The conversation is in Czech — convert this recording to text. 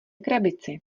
krabici